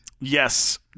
Yes